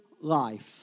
life